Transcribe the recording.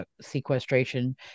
sequestration